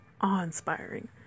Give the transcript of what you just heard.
awe-inspiring